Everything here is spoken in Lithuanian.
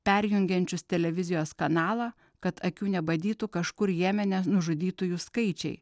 perjungiančios televizijos kanalą kad akių nebadytų kažkur jemene nužudytųjų skaičiai